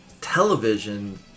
television